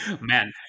Man